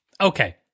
Okay